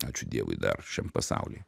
ačiū dievui dar šiam pasauly